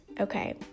Okay